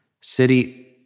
City